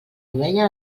ovella